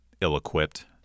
ill-equipped